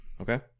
Okay